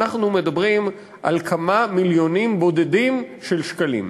אנחנו מדברים על כמה מיליונים בודדים של שקלים.